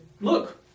look